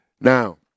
Now